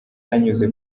anyuze